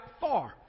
far